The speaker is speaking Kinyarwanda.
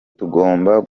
tugomba